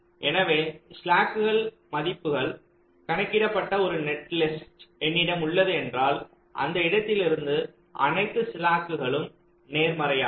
எனவே ஸ்லாக் மதிப்புகள் கணக்கிடப்பட ஒரு நெட்லிஸ்ட் என்னிடம் உள்ளது என்றால் அந்த இடத்திலிருந்து அனைத்து ஸ்லாக்குகளும் நேர்மறையானவை